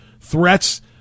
threats